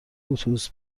اتوبوس